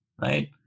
Right